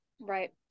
Right